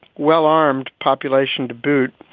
well-armed population to boot.